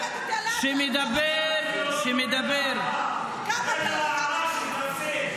ולכן אני חושב שיש כאן מס שפתיים מראש הממשלה עצמו,